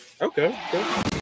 Okay